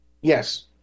Yes